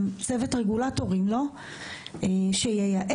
גם צוות רגולטורים שייעץ,